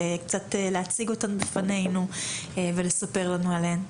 קצת להציג אותן בפנינו ולספר לנו עליהן.